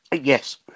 Yes